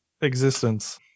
existence